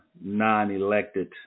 non-elected